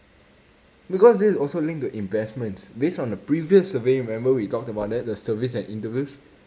because this is also linked to investments based on the previous survey remember we talked about that the surveys and interviews